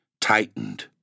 Tightened